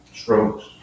strokes